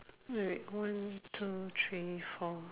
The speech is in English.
wait wait one two three four